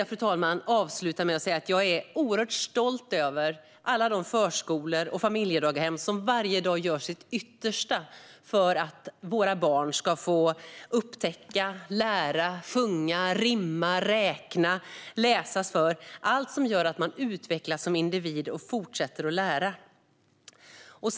Jag vill avsluta med att säga att jag oerhört stolt över alla de förskolor och familjedaghem som varje dag gör sitt yttersta för att våra barn ska få upptäcka, lära, sjunga, rimma, räkna, läsas för - allt som gör att man utvecklas som individ och fortsätter lära sig.